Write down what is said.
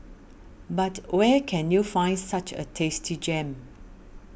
but where can you find such a tasty gem